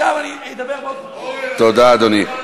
תודה, אדוני.